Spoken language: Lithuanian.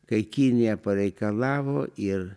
kai kinija pareikalavo ir